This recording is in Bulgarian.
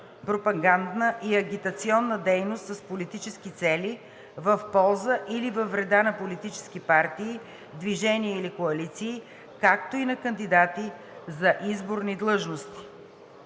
пропагандна и агитационна дейност с политически цели в полза или във вреда на политически партии, движения или коалиции, както и на кандидати за изборни длъжности.“